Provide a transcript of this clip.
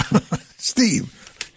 Steve